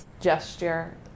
Gesture